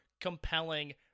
compelling